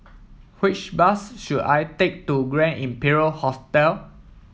which bus should I take to Grand Imperial Hotel